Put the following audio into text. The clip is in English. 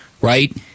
right